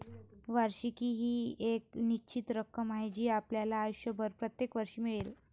वार्षिकी ही एक निश्चित रक्कम आहे जी आपल्याला आयुष्यभर प्रत्येक वर्षी मिळेल